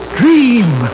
dream